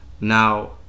Now